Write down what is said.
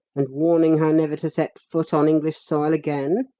and warning her never to set foot on english soil again?